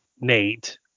Nate